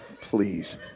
Please